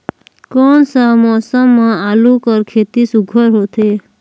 कोन सा मौसम म आलू कर खेती सुघ्घर होथे?